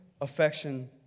affection